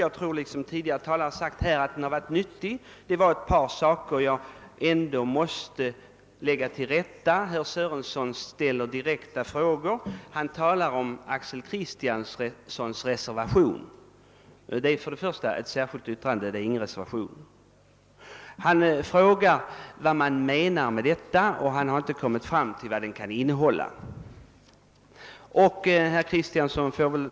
Jag tror liksom tidigare talare att den varit nyttig. Det är emellertid ett par saker jag vill lägga till rätta. Herr Sörenson ställde några direkta frågor i anslutning till Axel Kristianssons »reservation» — det är ett särskilt yttrande och ingen reservation. Han har inte kunnat finna ut vad den innehåller och frågar vad Axel Kristiansson menar. Herr Kristiansson får väl!